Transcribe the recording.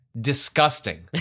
Disgusting